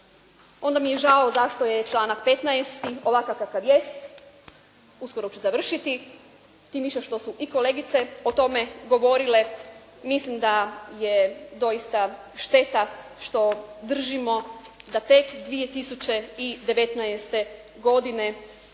onda mi je žao zašto je članak 15. ovakav kakav jest. Uskoro ću završiti, tim više što su i kolegice o tome govorile. Mislim da je doista šteta što držimo da tek 2019. godine